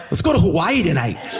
let's go to hawaii tonight.